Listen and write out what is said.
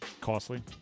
costly